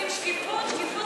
איתן כבל,